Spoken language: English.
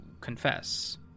confess